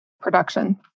production